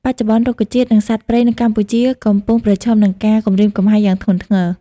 បច្ចុប្បន្ន រុក្ខជាតិ និងសត្វព្រៃនៅកម្ពុជាកំពុងប្រឈមនឹងការគំរាមកំហែងយ៉ាងធ្ងន់ធ្ងរ។